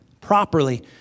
properly